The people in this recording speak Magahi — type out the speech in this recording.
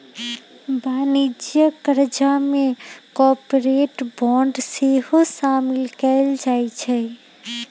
वाणिज्यिक करजा में कॉरपोरेट बॉन्ड सेहो सामिल कएल जाइ छइ